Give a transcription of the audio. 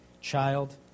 child